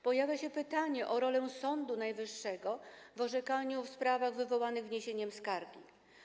Pojawia się pytanie o rolę Sądu Najwyższego w orzekaniu w sprawach wywołanych wniesieniem skargi.